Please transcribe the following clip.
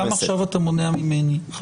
גם עכשיו אתה מונע ממני.